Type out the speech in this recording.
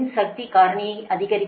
104 இதற்குச் சமம் கோணம் 0 டிகிரி KV